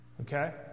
Okay